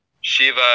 Shiva